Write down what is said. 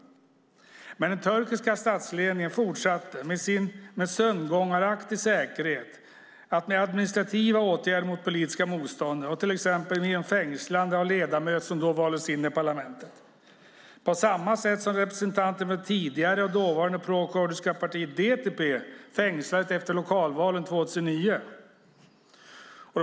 Men den turkiska statsledningen fortsatte med sömngångaraktig säkerhet med administrativa åtgärder mot politiska motståndare, till exempel genom fängslande av ledamöter som då valdes in i parlamentet. På samma sätt fängslades representanter för tidigare och dåvarande prokurdiska partiet DTP efter lokalvalen 2009.